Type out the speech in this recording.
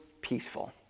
peaceful